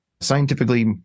Scientifically